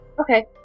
Okay